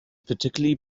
particularly